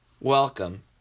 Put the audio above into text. Welcome